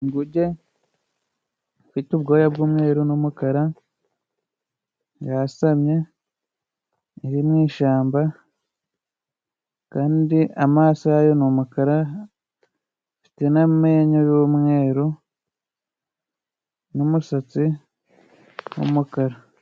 Inguge ifite ubwoya bw'umweru n' umukara yasamye. Iri mwishamba kandi amaso yayo ni umukara ifite n'amenyo y'umweru n'umusatsi w'umukara.